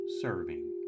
serving